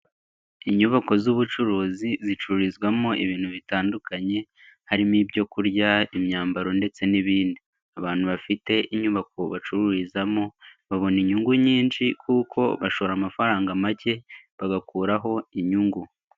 Inyubako z'ubucuruzi zicururizwamo ibintu bitandukanye. Harimo: ibyo kurya, imyambaro ndetse n'ibindi. Abantu bafite inyubako bacururizamo babona inyungu nyinshi kuko bashora amafaranga make bagakuraho inyungu.